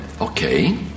okay